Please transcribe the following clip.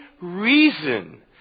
reason